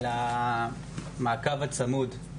על המעקב הצמוד,